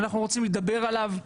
שאנחנו רוצים לדבר עליו.